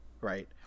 right